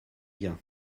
bien